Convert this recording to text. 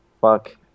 Fuck